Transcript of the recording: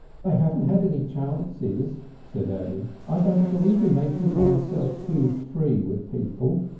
they haven't had any chances, said annie. i don't believe in making oneself too free with people.